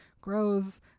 grows